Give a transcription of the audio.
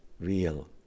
real